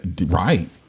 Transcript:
right